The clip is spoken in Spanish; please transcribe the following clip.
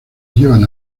llevan